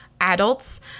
adults